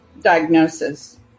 diagnosis